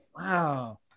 Wow